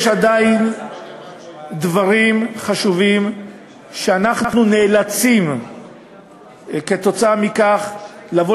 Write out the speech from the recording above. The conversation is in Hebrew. שיש עדיין דברים חשובים שאנחנו נאלצים כתוצאה מכך לבוא